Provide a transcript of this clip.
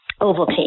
Ovaltine